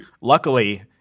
Luckily